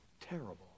terrible